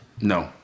no